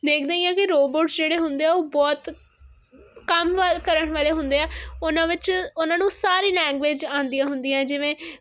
ਦੇਖਦੇ ਹੀ ਆ ਕਿ ਰੋਬੋਟ ਜਿਹੜੇ ਹੁੰਦੇ ਆ ਉਹ ਬਹੁਤ ਕੰਮ ਕਰਨ ਵਾਲੇ ਹੁੰਦੇ ਆ ਉਹਨਾਂ ਵਿੱਚ ਉਹਨਾਂ ਨੂੰ ਸਾਰੀ ਲੈਂਗੁਏਜ ਆਉਂਦੀਆਂ ਹੁੰਦੀਆਂ ਜਿਵੇਂ